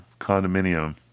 condominium